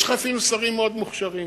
יש לך אפילו שרים מאוד מוכשרים.